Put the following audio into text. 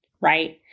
Right